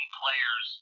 players